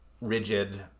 rigid